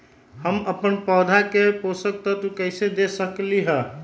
हम अपन पौधा के पोषक तत्व कैसे दे सकली ह?